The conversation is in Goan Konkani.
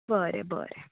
बरें बरें